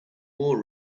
more